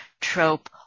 Trope